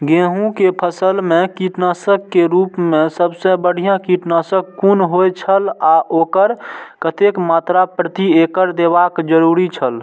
गेहूं के फसल मेय कीटनाशक के रुप मेय सबसे बढ़िया कीटनाशक कुन होए छल आ ओकर कतेक मात्रा प्रति एकड़ देबाक जरुरी छल?